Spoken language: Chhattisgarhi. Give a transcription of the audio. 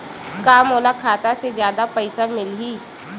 का मोला खाता से जादा पईसा मिलही?